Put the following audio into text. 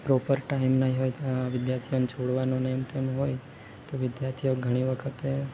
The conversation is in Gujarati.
પ્રોપર ટાઈમ નહીં હોય ને જો આવી રીતના વિદ્યાર્થીઓને છોડવાનું તેનું હોય તો વિદ્યાર્થીઓ ઘણી વખતે